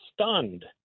stunned